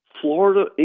Florida